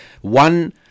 one